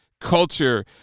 culture